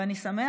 ואני שמח,